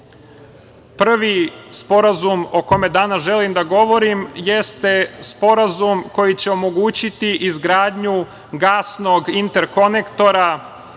sporazum o kome danas želim da govorim, jeste Sporazum koji će omogućiti izgradnju gasnog interkonektora